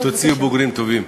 תוציאו בוגרים טובים.